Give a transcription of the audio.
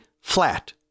flat